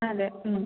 അതെ